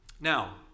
Now